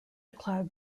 club